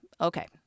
Okay